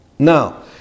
Now